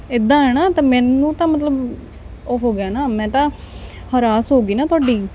ਇੱਦਾਂ ਹੈ ਨਾ ਤਾਂ ਮੈਨੂੰ ਤਾਂ ਮਤਲਬ ਉਹ ਹੋ ਗਿਆ ਨਾ ਮੈਂ ਤਾਂ ਹਰਾਸ ਹੋ ਗਈ ਨਾ ਤੁਹਾਡੀ